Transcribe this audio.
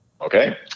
Okay